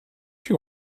you